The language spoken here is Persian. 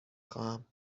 خواهم